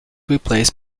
replaced